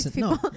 no